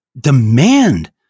demand